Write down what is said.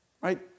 right